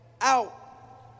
out